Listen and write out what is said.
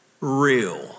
real